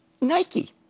Nike